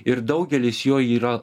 ir daugelis jo yra